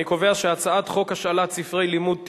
חוק השאלת ספרי לימוד (תיקון,